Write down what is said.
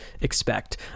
expect